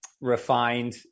refined